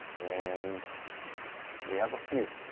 and we have a few.